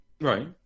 Right